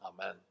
Amen